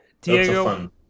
Diego